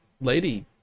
lady